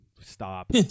stop